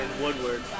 Woodward